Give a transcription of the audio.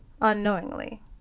unknowingly